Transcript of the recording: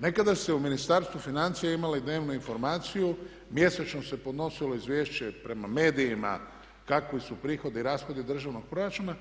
Nekada se u Ministarstvu financija imale dnevnu informaciju, mjesečno se podnosilo izvješće prema medijima, kakvi su prihodi, kakvi su rashodi od državnog proračuna